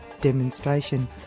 demonstration